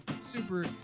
Super